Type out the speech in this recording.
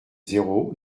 zéro